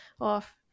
off